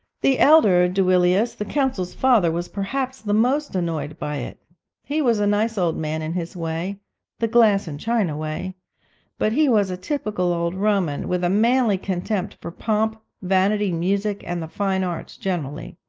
the elder duilius, the consul's father, was perhaps the most annoyed by it he was a nice old man in his way the glass and china way but he was a typical old roman, with a manly contempt for pomp, vanity, music, and the fine arts generally.